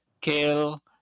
kale